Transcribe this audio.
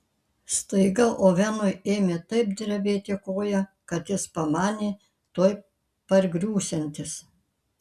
staiga ovenui ėmė taip drebėti koja kad jis pamanė tuoj pargriūsiantis